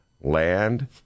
land